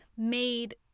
made